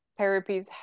therapies